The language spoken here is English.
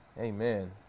Amen